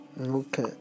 Okay